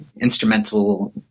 instrumental